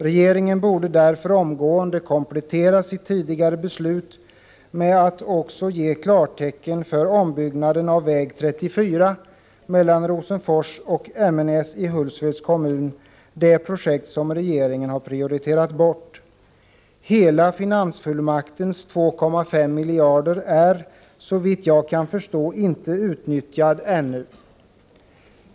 Regeringen borde därför omgående komplettera sitt tidigare beslut med att ge klartecken också Hela finansfullmaktens 2,5 miljarder är såvitt jag kan förstå ännu inte utnyttjade.